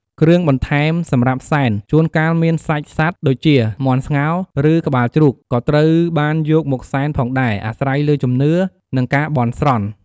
គ្រឿងបន្ថែមសម្រាប់សែន ជួនកាលមានសាច់សត្វដូចជា មាន់ស្ងោរ ឬក្បាលជ្រូក ក៏ត្រូវបានយកមកសែនផងដែរ អាស្រ័យលើជំនឿ និងការបន់ស្រន់។